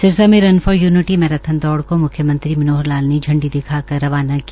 सिरसा में run for unity marathon दौड़ को मुख्यमंत्री मनोहर लाल ने झंडी दिखाकर रवाना किया